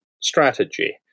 strategy